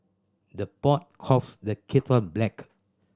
the pot calls the kettle black